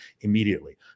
immediately